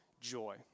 joy